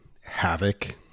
havoc